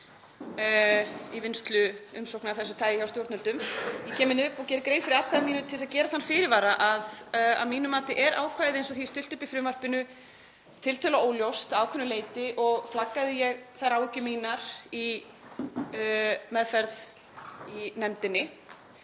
í vinnslu umsókna af þessu tagi hjá stjórnvöldum. Ég kem hingað upp og geri grein fyrir atkvæði mínu til að gera þann fyrirvara að að mínu mati er ákvæðið, eins og því er stillt upp í frumvarpinu, tiltölulega óljóst að ákveðnu leyti og flaggaði ég þeim áhyggjum mínum í meðferð í nefndinni.